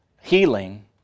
healing